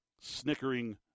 snickering